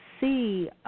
see